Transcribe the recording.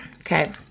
Okay